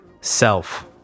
Self